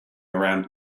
around